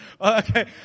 Okay